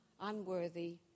unworthy